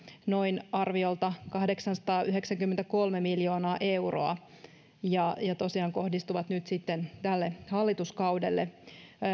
noin arviolta kahdeksansataayhdeksänkymmentäkolme miljoonaa euroa ja ne tosiaan kohdistuvat nyt sitten tälle hallituskaudelle